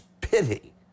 pity